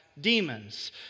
demons